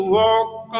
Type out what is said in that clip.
walk